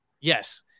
Yes